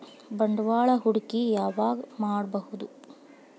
ಬಂಡವಾಳ ಹೂಡಕಿ ಯಾವಾಗ್ ಮಾಡ್ಬಹುದು?